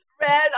red